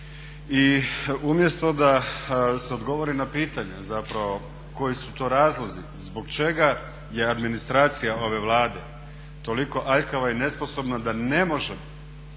I umjesto da se odgovori na pitanje zapravo koji su to razlozi zbog čega je administracija ove Vlade toliko aljkava i nesposobna da ne može